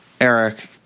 Eric